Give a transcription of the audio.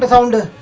but only